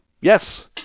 Yes